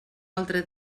altre